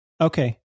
Okay